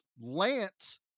lance